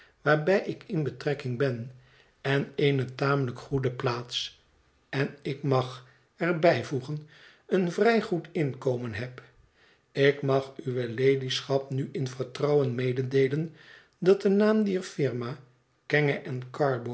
waarbij ik in betrekking ben en eene tamelijk goede plaats en ik mag er bijvoegen een vrij goed inkomen heb ik mag uwe iadyschap nu in vertrouwen mededeelen dat de naam dier firma kenge en carboy